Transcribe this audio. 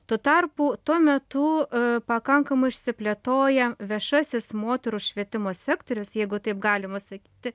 tuo tarpu tuo metu pakankamai išsiplėtoja viešasis moterų švietimo sektorius jeigu taip galima sakyti